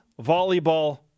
volleyball